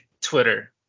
Twitter